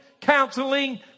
counseling